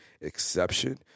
exception